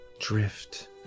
drift